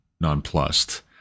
nonplussed